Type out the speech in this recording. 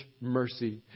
mercy